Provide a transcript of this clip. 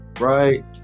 right